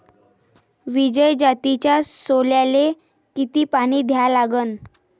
विजय जातीच्या सोल्याले किती पानी द्या लागन?